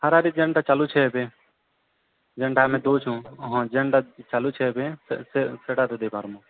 ହାରାହାରି ଯେନ୍ଟା ଚାଲୁଛେ ଏବେ ଯେନ୍ଟା ଆମେ ଦଉଁଛୁ ହଁ ଯେନ୍ଟା ଚାଲୁଛେ ଏବେ ସେ ସେଟା ତ ଦେଇ ପାର୍ମୁ